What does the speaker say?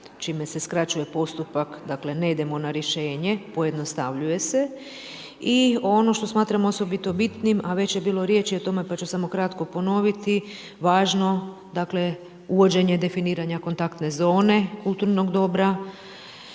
čime se skraćuje postupak, dakle ne idemo na rješenje, pojednostavljuje se. I ono što smatram osobito bitnim, a već je bilo riječi o tome pa ću samo kratko ponoviti, važno dakle uvođenje definiranja kontaktne zone kulturnog dobra,